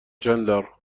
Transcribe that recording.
چندلر